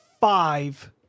five